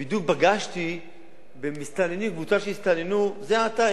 ובדיוק פגשתי בקבוצה של מסתננים שהסתננו זה עתה,